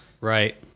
Right